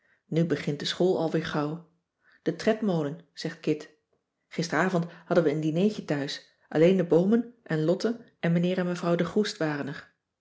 nu begint de school al weer gauw de tredmolen zegt kit gisteravond hadden wij een dinertje thuis alleen de boomen en lotte en mijnheer en mevrouw de groest waren er